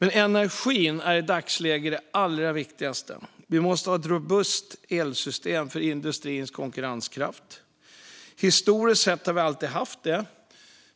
Energin är i dagsläget det allra viktigaste. Det måste finnas ett robust elsystem för att upprätthålla industrins konkurrenskraft. Historiskt sett har det alltid funnits.